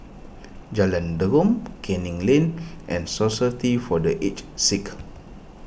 Jalan Derum Canning Lane and Society for the Aged Sick